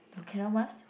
to ones